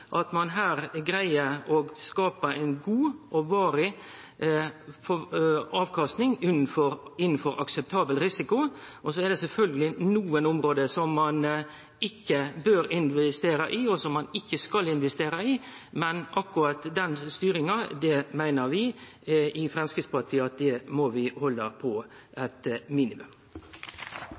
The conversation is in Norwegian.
at ein her greier å skape ei god og varig avkasting innanfor akseptabel risiko. Så er det sjølvsagt nokre område ein ikkje bør og skal investere i, men akkurat den styringa meiner vi i Framstegspartiet at vi må halde på eit